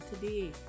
today